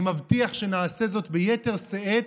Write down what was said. אני מבטיח שנעשה זאת ביתר שאת